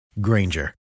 Granger